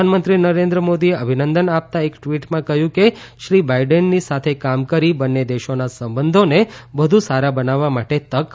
પ્રધાનમંત્રી નરેન્દ્ર મોદીએ અભિનંદન આપતા એક ટ્વીટમાં કહ્યું કે શ્રી બાઈડનની સાથે કામ કરી બંને દેશોના સંબંધોને વધુ સારા બનાવવા માટે તક મળશે